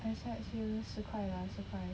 I charge you 十块 lah 十块